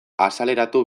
azaleratu